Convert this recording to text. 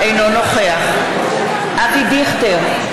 אינו נוכח אבי דיכטר,